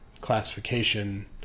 classification